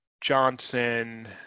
Johnson